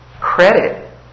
credit